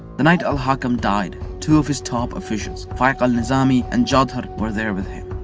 the night al-hakam died, two of his top officials, faiq an-nizami and jaw'dhar were there with him.